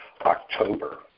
October